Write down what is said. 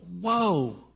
whoa